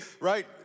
right